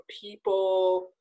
people